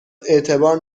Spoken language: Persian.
اعتبار